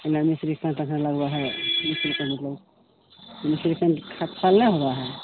तखन लगबै है होबऽ है